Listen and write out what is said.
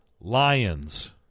Lions